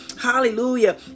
hallelujah